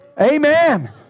Amen